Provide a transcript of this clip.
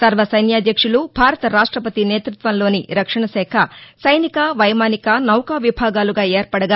సర్వ సైన్యాధ్యక్షుడు భారత రాష్టపతి నేతృత్వంలోని రక్షణశాఖ సైనిక వైమానిక నౌకా విభాగాలుగా ఏర్పడగా